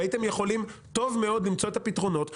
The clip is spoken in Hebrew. והייתם יכולים יפה מאוד למצוא את הפתרונות לזה.